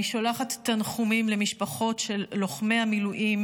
אני שולחת תנחומים למשפחות של לוחמי המילואים